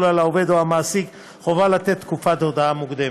על העובד או המעסיק חובה לתת הודעה מוקדמת.